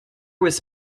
was